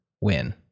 win